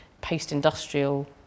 post-industrial